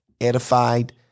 edified